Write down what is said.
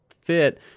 fit